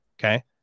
Okay